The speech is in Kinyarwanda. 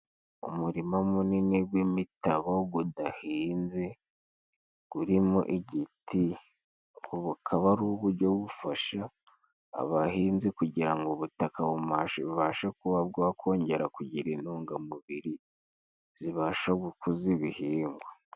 Umurima munini gw'imitabo gudahinze gurimo igiti, bukaba ari uburyo bufasha abahinzi kugira ngo ubutaka bubashe kuba bwokongera kugira intungamubiri zibasha gukuza ibihingwa.